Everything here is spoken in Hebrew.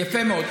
יפה מאוד.